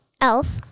Elf